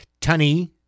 Tunny